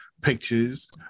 pictures